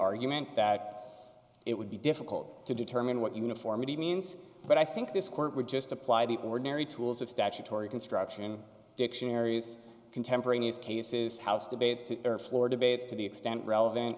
argument that it would be difficult to determine what uniformity means but i think this court would just apply the ordinary tools of statutory construction in dictionaries contemporaneous cases house debates to floor debates to the extent relevant